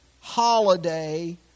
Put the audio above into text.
holiday